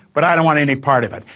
but i don't want any part of it,